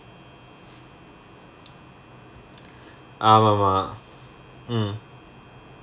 ஆமமா:aamamaa mm